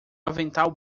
avental